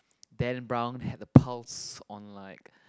Dan Brown had a pulse on like